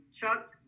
chuck